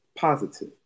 Positive